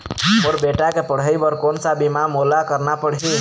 मोर बेटा के पढ़ई बर कोन सा बीमा मोला करना पढ़ही?